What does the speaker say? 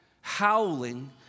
howling